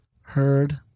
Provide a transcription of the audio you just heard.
Heard